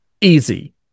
easy